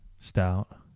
Stout